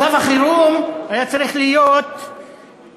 מצב החירום היה צריך להיות נכונות